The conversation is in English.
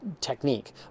technique